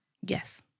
Yes